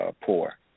poor